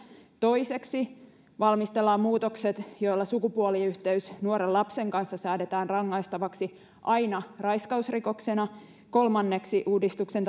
toiseksi valmistella muutokset joilla sukupuoliyhteys nuoren lapsen kanssa säädetään rangaistavaksi aina raiskausrikoksena kolmanneksi uudistuksen